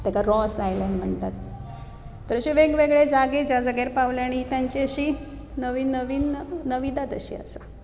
ताका Ross Island म्हणटात तशे वेगवेगळे जागे ज्या जाग्यार पावलां आनी तांची अशी नवीन नवीन नविदाद अशी आसा